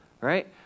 right